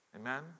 Amen